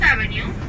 Avenue